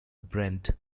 brent